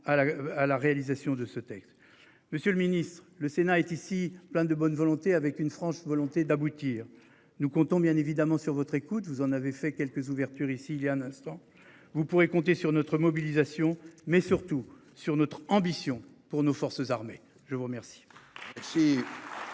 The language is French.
à la réalisation de ce texte. Monsieur le Ministre, le Sénat est ici plein de bonne volonté avec une franche volonté d'aboutir, nous comptons bien évidemment sur votre écoute. Vous en avez fait quelques ouvertures ici il y a un instant, vous pourrez compter sur notre mobilisation mais surtout sur notre ambition pour nos forces armées. Je vous remercie.